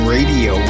Radio